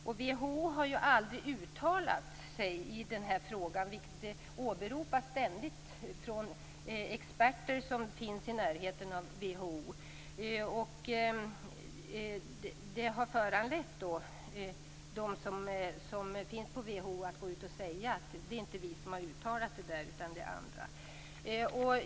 Men WHO har aldrig uttalat sig i frågan, vilket ständigt åberopas av experter som finns i närheten av WHO. Det har föranlett dem på WHO att gå ut och säga att det inte är de som har uttalat sig, utan att det är andra som har gjort det.